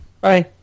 Bye